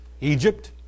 Egypt